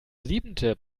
siebente